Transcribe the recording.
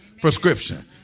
prescription